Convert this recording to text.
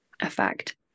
effect